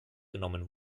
genommen